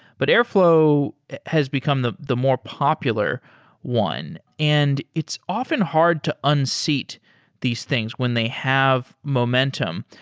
but airflow has become the the more popular one and it's often hard to unseat these things when they have momentum.